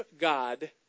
God